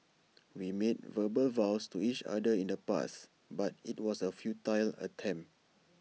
we made verbal vows to each other in the past but IT was A futile attempt